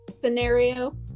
scenario